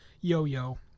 yo-yo